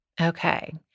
Okay